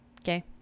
Okay